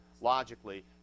logically